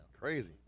Crazy